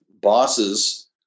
bosses